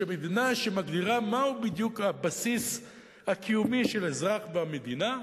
מדינה מגדירה מהו בדיוק הבסיס הקיומי של אזרח במדינה,